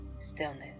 stillness